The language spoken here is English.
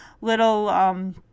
little